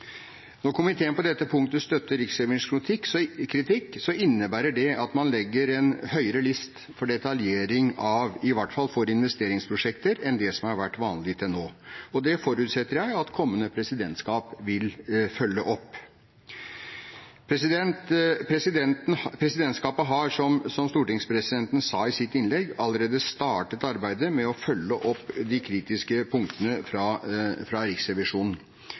Når komiteen på dette punktet støtter Riksrevisjonens kritikk, innebærer det at man legger en høyere list for detaljering, i hvert fall for investeringsprosjekter, enn det som har vært vanlig til nå. Det forutsetter jeg at kommende presidentskap vil følge opp. Presidentskapet har, som stortingspresidenten sa i sitt innlegg, allerede startet arbeidet med å følge opp de kritiske punktene fra Riksrevisjonen.